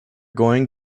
going